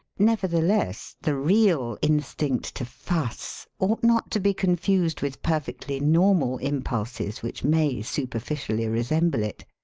nevertheless the real instinct to fuss ought not to be confused with perfectly normal impulses which may superficially resemble it.